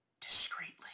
discreetly